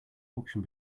auction